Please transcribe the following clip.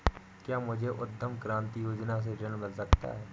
क्या मुझे उद्यम क्रांति योजना से ऋण मिल सकता है?